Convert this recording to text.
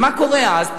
מה קורה אז?